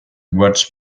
watch